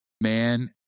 man